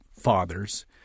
Fathers